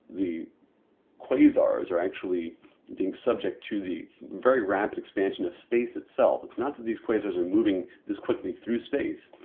the quasars are actually being subject to the very rapid expansion of space itself. it's not that these quasars are moving this quickly through space,